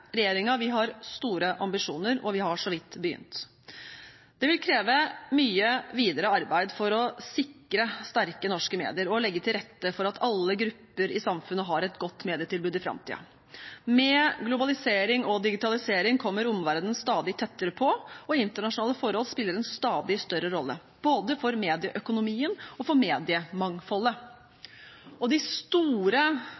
har store ambisjoner, og vi har så vidt begynt. Det vil kreve mye videre arbeid for å sikre sterke norske medier og å legge til rette for at alle grupper i samfunnet har et godt medietilbud i framtiden. Med globalisering og digitalisering kommer omverdenen stadig tettere på, og internasjonale forhold spiller en stadig større rolle – både for medieøkonomien og for